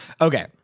Okay